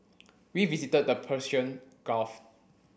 we visited the Persian Gulf